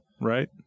right